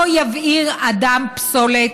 לא יבעיר אדם פסולת